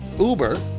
Uber